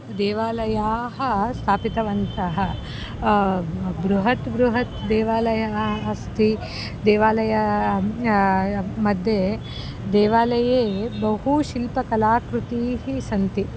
देवालयाः स्थापितवन्तः बृहत् बृहत् देवालयाः अस्ति देवालयमध्ये देवालये बहु शिल्पकलाकृतयः सन्ति